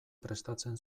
prestatzen